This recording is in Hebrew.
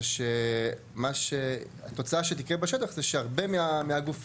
זה שהתוצאה שתקרה בשטח היא שהרבה מהגופים